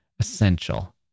essential